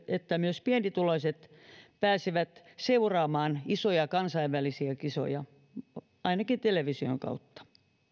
että myös pienituloiset pääsevät seuraamaan isoja kansainvälisiä kisoja ainakin television kautta